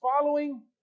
following